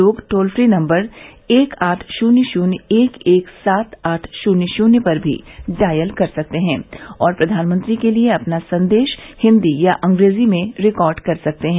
लोग toll free number एक आठ शून्य शून्य एक एक सात आठ शून्य शून्य पर भी डायल कर सकते हैं और प्रधानमंत्री के लिए अपना संदेश हिन्दी या अंग्रेजी में रिकॉर्ड कर सकते हैं